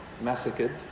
massacred